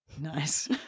Nice